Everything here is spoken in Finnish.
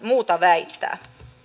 muuta väittää